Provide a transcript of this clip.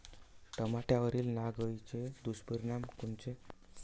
टमाट्यावरील नाग अळीचे दुष्परिणाम कोनचे?